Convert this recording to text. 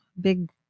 big